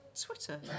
Twitter